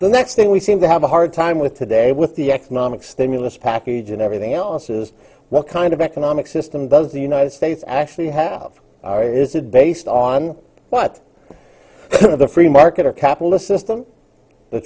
the next thing we seem to have a hard time with today with the economic stimulus package and everything else is what kind of economic system does the united states actually have are is it based on what kind of the free market or capitalist system the